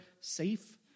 safe